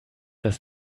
das